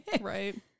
Right